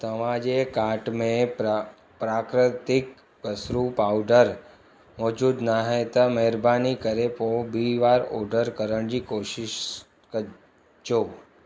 तव्हांजे काट में प्रा प्राकृतिक बसरूं पाउडर मौज़ूदु न आहे महिरबानी करे पोइ ॿीं बार ऑडर करण जी कोशिश कजो